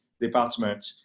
department